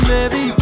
Baby